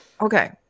okay